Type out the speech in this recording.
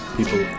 people